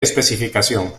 especificación